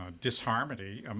disharmony